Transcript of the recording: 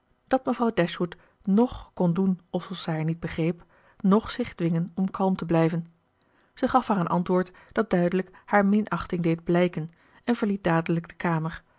dat mevrouw dashwood noch kon doen alsof zij haar niet begreep noch zich dwingen om kalm te blijven zij gaf haar een antwoord dat duidelijk haar minachting deed blijken en verliet dadelijk de kamer